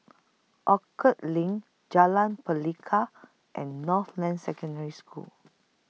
Orchard LINK Jalan Pelikat and Northland Secondary School